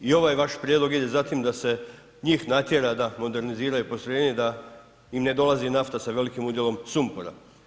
I ovaj vaš prijedlog ide za tim da se njih natjera da moderniziraju postrojenje da im ne dolazi nafta sa velikim udjelom sumpora.